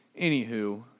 anywho